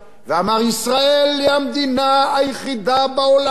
ואמר: ישראל היא המדינה היחידה בעולם,